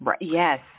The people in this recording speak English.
Yes